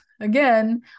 again